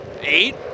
eight